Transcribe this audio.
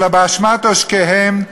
אלא באשמת עושקיהם,